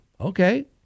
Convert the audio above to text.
Okay